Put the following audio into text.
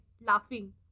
laughing